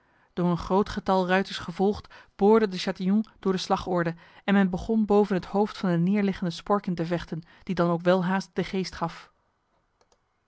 door een groot getal ruiters gevolgd boorde de chatillon door de slagorde en men begon boven het hoofd van de neerliggende sporkyn te vechten die dan ook welhaast de geest gaf